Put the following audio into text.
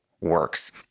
works